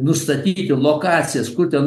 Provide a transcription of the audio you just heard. nustatyti lokacijas kur ten